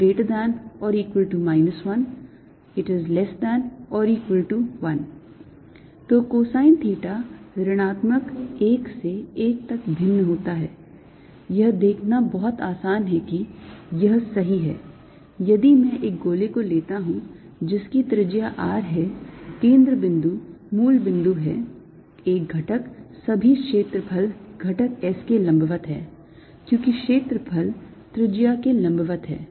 dsr2sinθdθdϕsr2dcosθdϕ 0≤θ≤π 0≤ϕ≤2π 1≤cosθ≤1 तो cosine theta ऋणात्मक 1 से 1 तक भिन्न होता है यह देखना बहुत आसान है कि यह सही है यदि मैं एक गोले को लेता हूं जिसकी त्रिज्या R है केंद्र बिंदु मूल बिंदु हैएक घटक सभी क्षेत्रफल घटक S के लंबवत हैं क्योंकि क्षेत्रफल त्रिज्या के लंबवत है